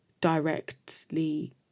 directly